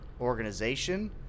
organization